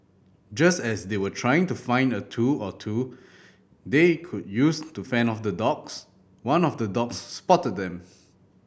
just as they were trying to find a tool or two they could use to fend off the dogs one of the dogs spotted them